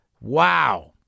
Wow